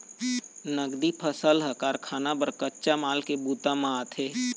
नगदी फसल ह कारखाना बर कच्चा माल के बूता म आथे